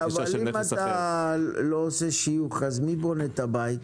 אם אתה לא עושה שיוך, מי בונה את הבית?